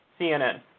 CNN